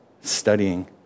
studying